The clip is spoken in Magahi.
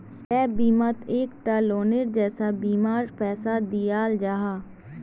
गैप बिमात एक टा लोअनेर जैसा बीमार पैसा दियाल जाहा